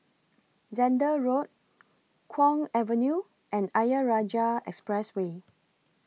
Zehnder Road Kwong Avenue and Ayer Rajah Expressway